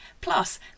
Plus